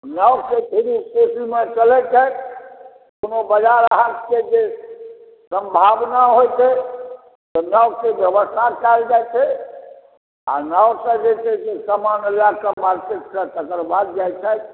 नाव के थ्रू कोशी मे चलै छथि कुनू बाजार हाट के जे सम्भावना होइ छै तऽ नाव के व्यवस्था कायल जाइ छै आ नाव सऽ जे छै से समान लऽ कऽ मार्केट सऽ तकरबाद जाइ छथि